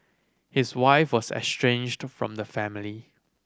his wife was estranged from the family